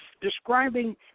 describing